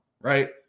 right